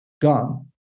gone